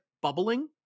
bubbling